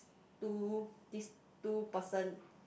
two this two person